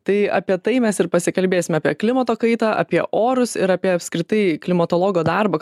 tai apie tai mes ir pasikalbėsime apie klimato kaitą apie orus ir apie apskritai klimatologo darbą